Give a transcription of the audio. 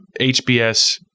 HBS